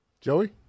Joey